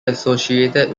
associated